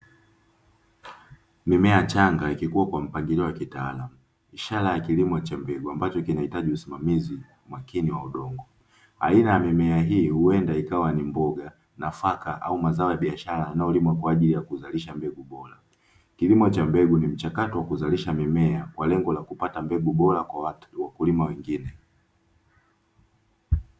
Mimea changa ikikuwa Kwa mpangilio wa kitaalamu, ishara ya kilimo cha mbegu kinahitaji usimamizi makini wa udongo. Aina ya mimea hii huenda ikawa ni mboga nafaka au mazao ya biashara kulimwa kwa ajili ya kuzalisha mbegu bora. Kilimo cha mbegu ni mchakato wakuzalisha mimea Kwa lengo la kupata mbegu bora katika wakulima wengine.